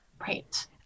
Right